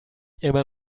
immer